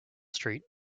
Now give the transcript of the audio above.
street